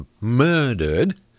murdered